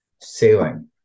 sailing